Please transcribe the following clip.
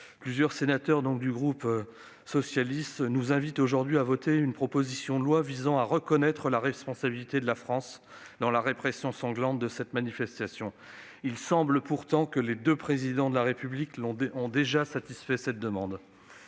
Plusieurs membres du groupe socialiste nous invitent aujourd'hui à voter une proposition de loi visant à reconnaître la responsabilité de la France dans la répression sanglante de cette manifestation. Il semble pourtant que deux présidents de la République ont déjà satisfait cette demande.